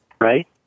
right